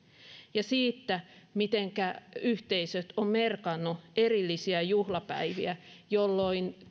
ja siitä miten yhteisöt ovat merkanneet erillisiä juhlapäiviä jolloin